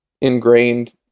ingrained